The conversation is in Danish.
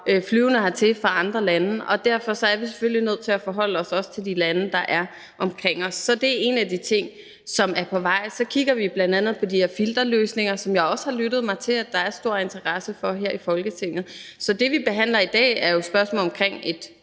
flyvende hertil fra andre lande. Derfor er vi selvfølgelig nødt til også at forholde os til de lande, der er omkring os. Så det er en af de ting, som er på vej. Så kigger vi bl.a. på de her filterløsninger, som jeg også har lyttet mig til der er stor interesse for her i Folketinget. Det, vi behandler i dag, er jo spørgsmålet om et